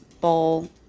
bowl